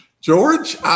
George